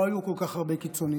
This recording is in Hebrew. לא היו כל כך הרבה קיצונים.